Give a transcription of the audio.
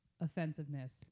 offensiveness